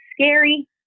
scary